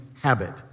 habit